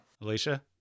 Alicia